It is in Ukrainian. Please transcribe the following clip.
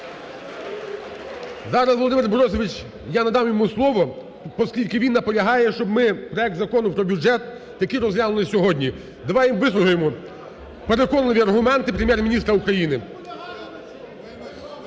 Зараз Володимир Борисович, я надам йому слово, оскільки він наполягає, щоб ми проект Закону про бюджет таки розглянули сьогодні. Давайте вислухаємо переконливі аргументи Прем'єр-міністра України.